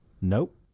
Nope